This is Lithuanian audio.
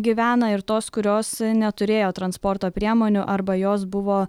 gyvena ir tos kurios neturėjo transporto priemonių arba jos buvo